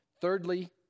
Thirdly